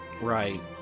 Right